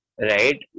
Right